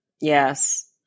Yes